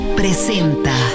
presenta